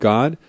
God